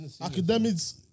Academics